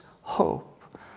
hope